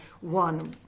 one